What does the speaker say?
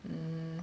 um